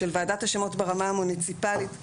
ועדת השמות ברמה המוניציפלית,